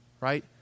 right